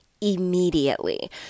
immediately